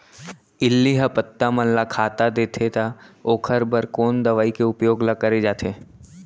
इल्ली ह पत्ता मन ला खाता देथे त ओखर बर कोन दवई के उपयोग ल करे जाथे?